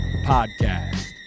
Podcast